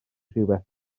rywbeth